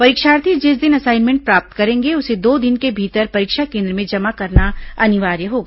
परीक्षार्थी जिस दिन असाइनमेंट प्राप्त करेंगे उसे दो दिन के भीतर परीक्षा केन्द्र में जमा करना अनिवार्य होगा